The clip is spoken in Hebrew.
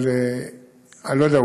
אני לא יודע,